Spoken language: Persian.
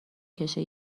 کشه